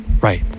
right